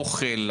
אוכל,